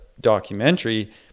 documentary